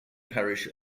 parish